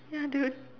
ya dude